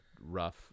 rough